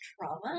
trauma